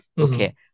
okay